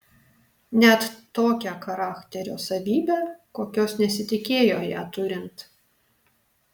net tokią charakterio savybę kokios nesitikėjo ją turint